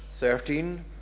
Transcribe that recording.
13